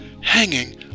hanging